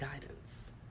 guidance